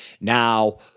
Now